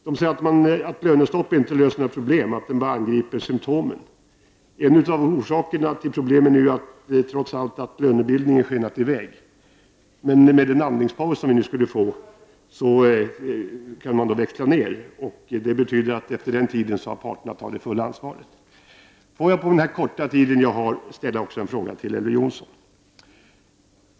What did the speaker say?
Man säger att lönestopp inte löser några problem, bara angriper symtomen. Men en av orsakerna till problemen är trots allt att lönebildningen skenat i väg. Med den andningspaus vi nu skulle få kan man växla ned. Det betyder att efter den tiden kan parterna ta de fulla ansvaret. Får jag på min korta tid ställa också en fråga till Elver Jonsson.